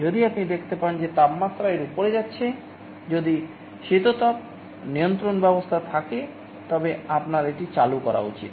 যদি আপনি দেখতে পান যে তাপমাত্রা এর উপরে যাচ্ছে যদি শীতাতপ নিয়ন্ত্রণ ব্যবস্থা থাকে তবে আপনার এটি চালু করা উচিত